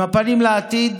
עם הפנים לעתיד,